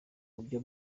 buryo